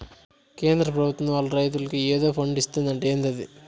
కేంద్ర పెభుత్వం వాళ్ళు రైతులకి ఏదో ఫండు ఇత్తందట ఏందది